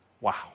Wow